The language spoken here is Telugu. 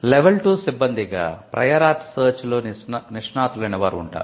లెవల్ 2 సిబ్బందిగా 'ప్రయర్ ఆర్ట్ సెర్చ్' లో నిష్ణాతులైన వారు ఉంటారు